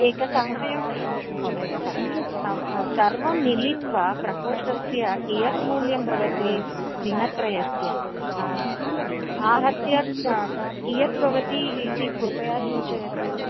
एक सहाय्यं करोतु महोदयः सर्वं मिलित्वा प्रकोष्ठस्य कियत् मूल्यं भवति दिनत्रयस्य आहत्य कियत् भवति इति कृपया सूचयतु